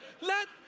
let